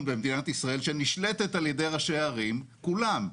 במדינת ישראל שנשמטת על ידי ראשי ערים כולם,